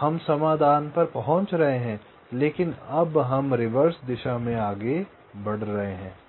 हम समाधान पर पहुंच रहे हैं लेकिन अब हम रिवर्स दिशा में आगे बढ़ रहे हैं